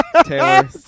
Taylor